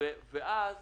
ואז